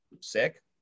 sick